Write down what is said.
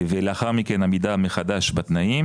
לאחר מכן עמידה מחדש בתנאים.